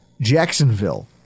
Jacksonville